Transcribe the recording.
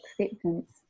acceptance